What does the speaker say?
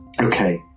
Okay